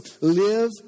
live